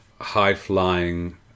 high-flying